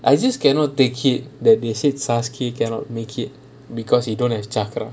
I just cannot take it that they say chakra cannot make it because he don't have chakra